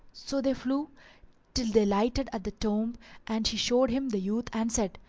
so they flew till they lighted at the tomb and she showed him the youth and said,